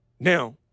Now